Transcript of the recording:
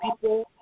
people